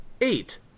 Eight